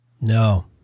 No